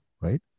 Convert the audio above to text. right